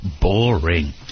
boring